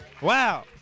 Wow